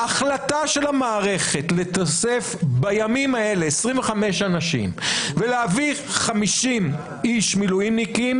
ההחלטה של המערכת לתסף בימים האלה 25 אנשים ולהביא 50 מילואימניקים,